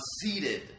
seated